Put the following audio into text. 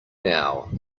now